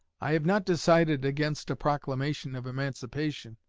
i have not decided against a proclamation of emancipation,